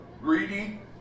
greedy